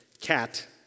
cat